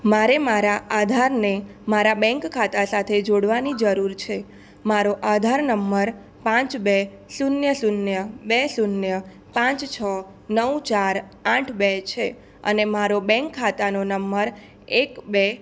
મારે મારા આધારને મારા બેંક ખાતા સાથે જોડવાની જરૂર છે મારો આધાર નંબર પાંચ બે શૂન્ય શૂન્ય બે શૂન્ય પાંચ છ નવ ચાર આઠ બે છે અને મારો બેંક ખાતાનો નંબર એક બે